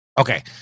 Okay